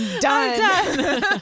done